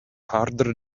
harder